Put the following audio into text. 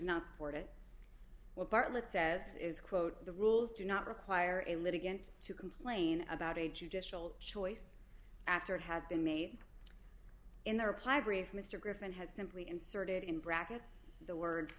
not support it what bartlett says is quote the rules do not require a litigant to complain about a judicial choice after it has been made in their reply brief mr griffin has simply inserted in brackets the words